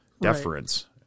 Deference